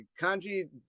Kanji